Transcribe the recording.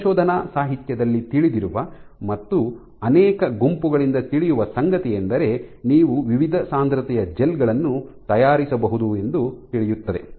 ಸಂಶೋಧನಾ ಸಾಹಿತ್ಯದಲ್ಲಿ ತಿಳಿದಿರುವ ಮತ್ತು ಅನೇಕ ಗುಂಪುಗಳಿಂದ ತಿಳಿಯುವ ಸಂಗತಿಯೆಂದರೆ ನೀವು ವಿವಿಧ ಸಾಂದ್ರತೆಯ ಜೆಲ್ ಗಳನ್ನು ತಯಾರಿಸಬಹುದು ಎಂದು ತಿಳಿಯುತ್ತದೆ